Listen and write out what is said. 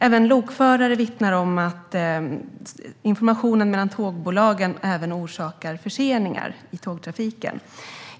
Även lokförare vittnar om att detta med informationen mellan tågbolagen orsakar förseningar i tågtrafiken.